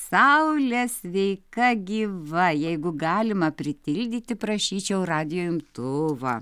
saulė sveika gyva jeigu galima pritildyti prašyčiau radijo imtuvą